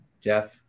Jeff